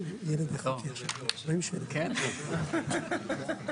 אז למעשה, על פי